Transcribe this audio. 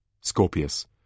Scorpius